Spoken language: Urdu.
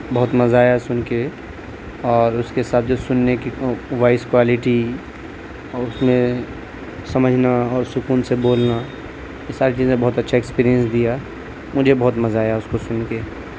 بہت مزہ آیا سن کے اور اس کے ساتھ جو سننے کی وائس کوالٹی اور اس میں سمجھنا اور سکون سے بولنا یہ ساری چیزیں بہت اچھا ایکسپیریئنس دیا مجھے بہت مزہ آیا اس کو سن کے